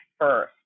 first